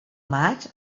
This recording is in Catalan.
maig